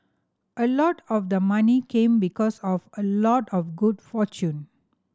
a lot of the money came because of a lot of good fortune